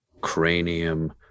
cranium